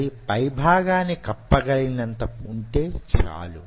అది పై భాగాన్ని కప్పగలిగినంత వుంటే చాలు